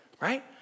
right